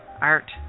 Art